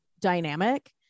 dynamic